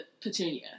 Petunia